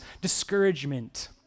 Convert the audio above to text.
discouragement